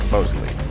Mostly